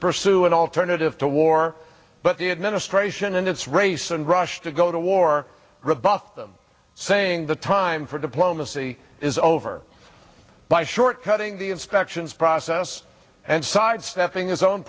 pursue an alternative to war but the administration and its race and rushed to go to war rebuffed them saying the time for diplomacy is over by shortcutting the inspections process and sidestepping his own